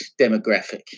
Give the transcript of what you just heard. demographic